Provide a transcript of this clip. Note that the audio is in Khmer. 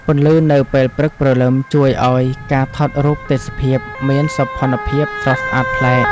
ពន្លឺនៅពេលព្រឹកព្រលឹមជួយឱ្យការថតរូបទេសភាពមានសោភ័ណភាពស្រស់ស្អាតប្លែក។